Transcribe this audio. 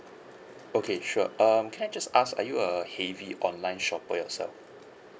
okay sure um can I just ask are you a heavy online shopper yourself